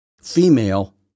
female